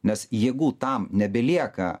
nes jėgų tam nebelieka